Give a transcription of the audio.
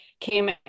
came